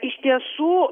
iš tiesų